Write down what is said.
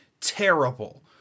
terrible